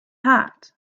hat